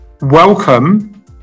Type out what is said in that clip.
Welcome